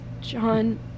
John